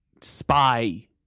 spy